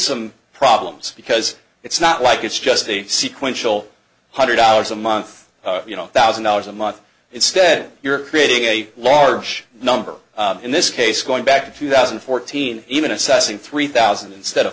some problems because it's not like it's just a sequence full hundred dollars a month you know thousand dollars a month instead you're creating a large number in this case going back to two thousand and fourteen even assessing three thousand instead of